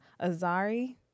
Azari